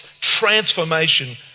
transformation